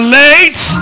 late